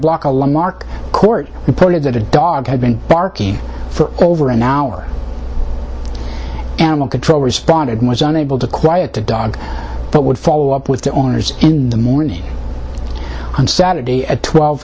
block a landmark court reported that a dog had been barking for over an hour animal control responded was unable to quiet the dog but would follow up with the owners in the morning on saturday at twelve